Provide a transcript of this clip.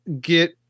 get